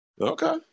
Okay